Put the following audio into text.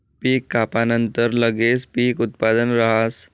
पीक कापानंतर लगेच पीक उत्पादन राहस